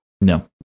No